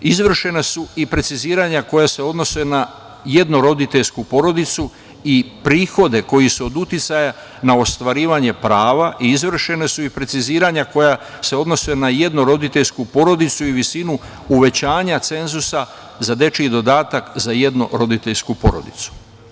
Izvršena su i preciziranja koja se odnose na jednoroditeljsku porodicu i prihode koji su od uticaja na ostvarivanje prava i izvršena su i preciziranja koja se odnose na jednoroditeljsku porodicu i visinu uvećanja cenzusa za dečiji dodatak za jednoroditeljsku porodicu.